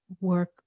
work